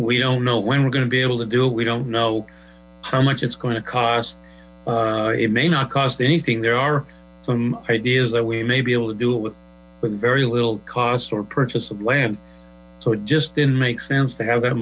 we don't know when we're gonna be able to do it we don't know how much it's going to cost it may not cost anything there are some ideas that we may be able to do it with with very little cost or purchase of land so it just didn't make sense to have that